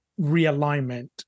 realignment